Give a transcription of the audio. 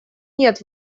нет